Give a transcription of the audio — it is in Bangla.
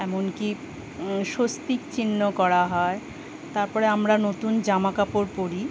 এমনকি স্বস্তিক চিহ্ন করা হয় তারপরে আমরা নতুন জামাকাপড় পরি